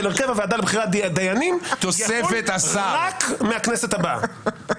הרכב הוועדה לבחירת דיינים יהיה רק מהכנסת הבאה?